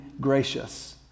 gracious